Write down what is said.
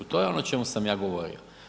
To je ono o čemu sam ja govorio.